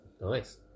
Nice